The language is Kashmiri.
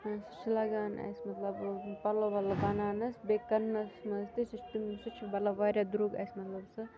سُہ لَگان اَسہِ مَطلَب پَلَو وَلَو بَنانَن بیٚیہِ کٕننَس مَنٛز تہِ سُہ چھِ مَطلَب واریاہ درۄگ اَسہِ مَطلَب سُہ